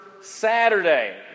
Saturday